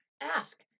ask